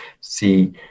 see